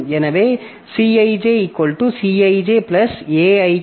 எனவே Cij Cij Aik Bkj